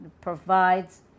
provides